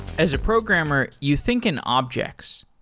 as a programmer, you think an object.